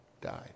died